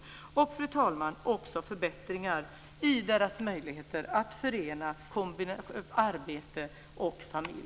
Det kommer också, fru talman, att medföra förbättringar för deras möjligheter att förena arbete och familj.